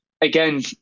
again